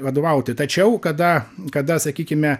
vadovauti tačiau kada kada sakykime